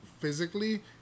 physically